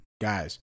Guys